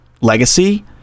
legacy